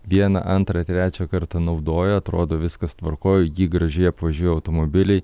vieną antrą trečią kartą naudoja atrodo viskas tvarkoj jį graži apvažiuoja automobiliai